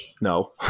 No